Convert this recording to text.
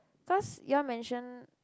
cause you all mention